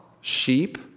sheep